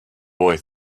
boy